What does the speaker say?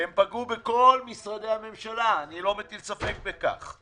הם פגעו בכל משרדי הממשלה, אני לא מטיל ספק בכך,